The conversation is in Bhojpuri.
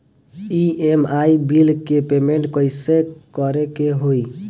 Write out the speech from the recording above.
ई.एम.आई बिल के पेमेंट कइसे करे के होई?